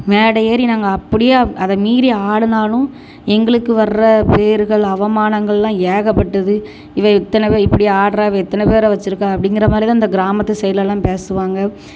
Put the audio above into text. மேடை ஏறி நாங்கள் அப்படியே அதை மீறி ஆடுனாலும் எங்களுக்கு வர்ற பேருகள் அவமானங்கள் எல்லாம் ஏகப்பட்டது இவை இத்தனை வே இப்படி ஆடுறா இவ இத்தனை பேரை வச்சுருக்கா அப்படிங்கிற மாதிரி தான் அந்த கிராமத்து சைட்ல எல்லாம் பேசுவாங்க